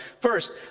First